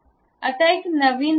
आता एक नवीन उघडा